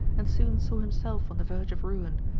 and soon saw himself on the verge of ruin,